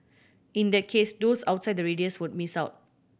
in that case those outside the radius would miss out